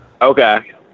Okay